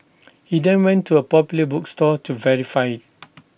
he then went to A popular bookstore to verify IT